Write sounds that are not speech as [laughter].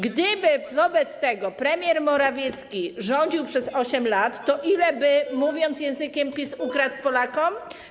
Gdyby wobec tego premier Morawiecki rządził przez 8 lat, to ile by, [noise] mówiąc językiem PiS, ukradł Polakom?